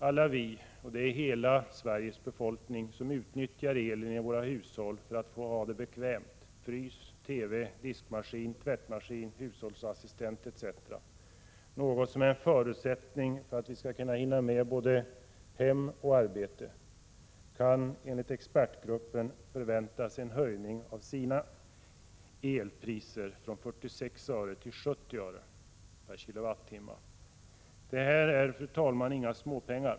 Alla vi, och det är hela Sveriges befolkning, som utnyttjar elen i våra hushåll för att ha det bekvämt: frys, TV, diskmaskin, tvättmaskin, hushållsassistent etc. — något som är en förutsättning för att vi skall hinna med både hem och arbete — kan enligt expertgruppen förvänta oss en höjning av elpriset från 46 öre till 70 öre per kWh. Detta är, fru talman, inga småpengar.